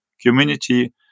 community